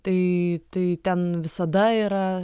tai tai ten visada yra